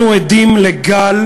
אנחנו עדים לגל